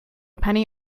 penny